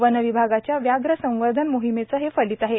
one विभागाच्या व्याघ्र संवर्धन मोहिमेचे हे फलित आहे